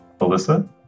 Alyssa